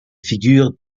figures